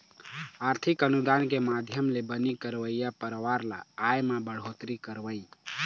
आरथिक अनुदान के माधियम ले बनी करइया परवार के आय म बड़होत्तरी करवई